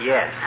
Yes